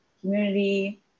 community